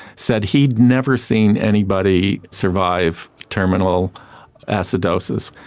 said he'd never seen anybody survive terminal acidosis.